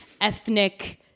ethnic